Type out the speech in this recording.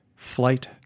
flight